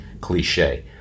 cliche